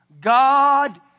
God